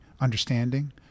understanding